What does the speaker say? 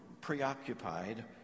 preoccupied